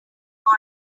got